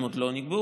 הם עוד לא נקבעו,